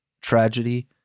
tragedy